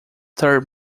third